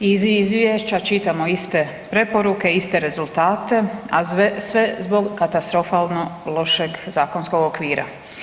Iz izvješća čitamo iste preporuke, iste rezultate, a sve zbog katastrofalno lošeg zakonskog okvira.